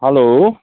hello